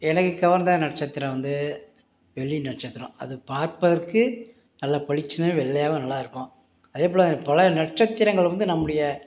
எனக்கு கவர்ந்த நட்சத்திரம் வந்து வெள்ளி நட்சத்திரம் அது பார்ப்பதற்கு நல்லா பளீச்சின்னு வெள்ளையாவும் நல்லாருக்கும் அதேப்போல பல நட்சத்திரங்கள் வந்து நம்முடைய